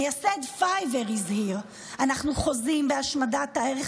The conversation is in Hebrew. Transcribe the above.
מייסד פייבר הזהיר: אנחנו חוזים בהשמדת הערך